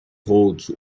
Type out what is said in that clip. holds